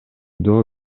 доо